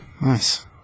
Nice